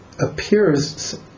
appears